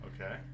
Okay